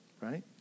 right